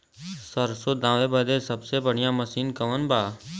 सरसों दावे बदे सबसे बढ़ियां मसिन कवन बा?